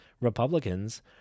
Republicans